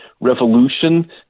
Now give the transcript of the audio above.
Revolution